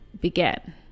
began